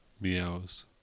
Meows